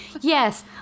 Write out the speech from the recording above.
Yes